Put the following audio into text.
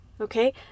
Okay